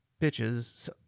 bitches –